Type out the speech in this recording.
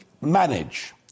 manage